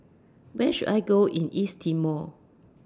Where should I Go in East Timor